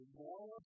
more